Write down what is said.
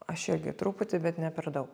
aš irgi truputį bet ne per daug